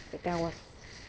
the guy was